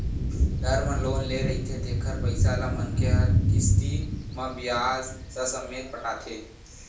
term loan ले रहिथे तेखर पइसा ल मनखे ह किस्ती म बियाज ससमेत पटाथे